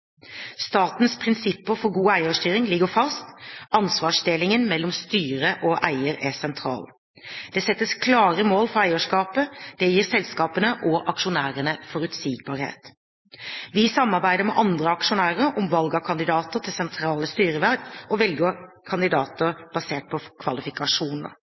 Statens prinsipper for god eierstyring ligger fast. Ansvarsdelingen mellom styre og eier er sentral. Det settes klare mål for eierskapet. Det gir selskapene og aksjonærene forutsigbarhet. Vi samarbeider med andre aksjonærer om valg av kandidater til sentrale styreverv og velger kandidater basert på kvalifikasjoner.